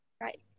Right